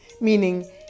meaning